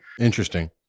Interesting